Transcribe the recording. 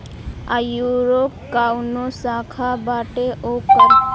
आयूरो काऊनो शाखा बाटे ओकर